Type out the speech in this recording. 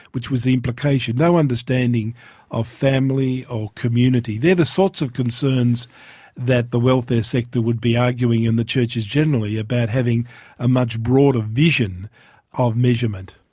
which was the implication, no understanding of family or community. they're the sorts of concerns that the welfare sector would be arguing and the churches generally, about having a much broader vision of measurement.